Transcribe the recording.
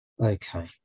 Okay